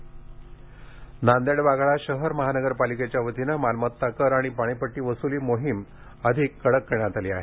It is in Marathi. वसूली मोहीम नांदेड वाघाळा शहर महानगर पालिकेच्या वतीने मालमत्ता कर आणि पाणीपट्टी वसुली मोहिम अधिक कडक करण्यात आली आहे